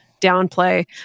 downplay